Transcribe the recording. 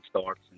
starts